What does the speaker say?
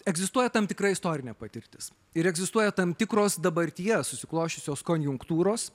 egzistuoja tam tikra istorinė patirtis ir egzistuoja tam tikros dabartyje susiklosčiusios konjunktūros